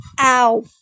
Ow